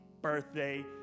Birthday